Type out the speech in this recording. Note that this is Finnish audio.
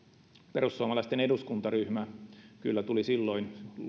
perussuomalaisten eduskuntaryhmä kyllä tuli silloin